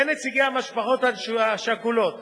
בין נציגי המשפחות השכולות